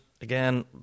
Again